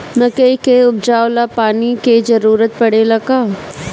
मकई के उपजाव ला पानी के जरूरत परेला का?